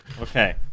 Okay